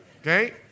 Okay